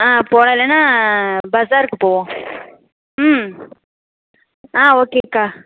ஆ போகலாம் இல்லைனா பஸாருக்கு போவோம் ம் ஆ ஓகேக்கா